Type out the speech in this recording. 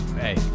Hey